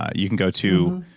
ah you can go to,